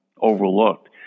overlooked